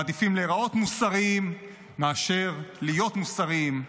מעדיפים להיראות מוסריים מאשר להיות מוסריים.